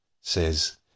says